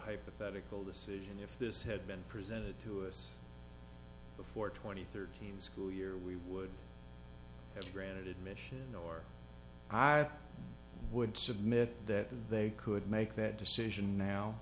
hypothetical decision if this had been presented to us before twenty thirteen school year we would if you grant it admission or i would submit that they could make that decision now